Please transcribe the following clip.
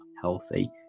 healthy